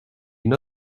une